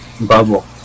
bubble